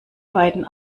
beiden